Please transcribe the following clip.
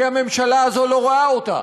כי הממשלה הזו לא רואה אותה.